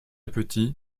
petit